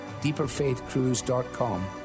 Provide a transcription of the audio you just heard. deeperfaithcruise.com